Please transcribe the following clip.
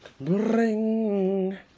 bring